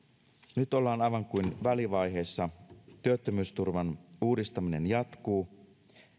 nyt ollaan aivan kuin välivaiheessa työttömyysturvan uudistaminen jatkuu